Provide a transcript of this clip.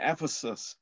Ephesus